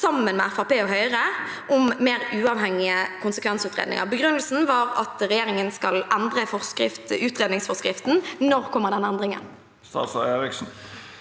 flere andre partier om mer uavhengige konsekvensutredninger. Begrunnelsen var at regjeringen skal endre utredningsforskriften. Når kommer den endringen?